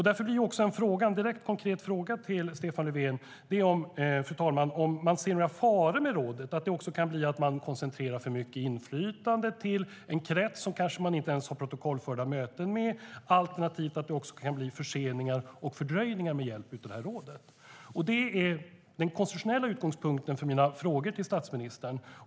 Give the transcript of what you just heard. Därför blir också en direkt konkret fråga till Stefan Löfven: Ser man några faror med rådet, till exempel att man koncentrerar för mycket inflytande till en krets som man kanske inte ens har protokollförda möten med, alternativt att det också kan bli förseningar och fördröjningar till följd av rådet? Detta är den konstitutionella utgångspunkten för mina frågor till statsministern.